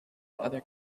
other